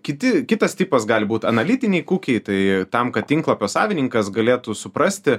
kiti kitas tipas gali būt analitiniai kukiai tai tam kad tinklapio savininkas galėtų suprasti